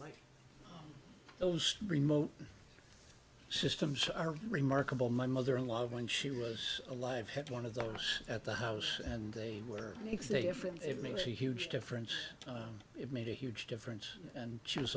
run those remote systems are remarkable my mother in law when she was alive had one of those at the house and they were makes a difference it makes a huge difference it made a huge difference and she was